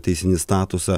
teisinį statusą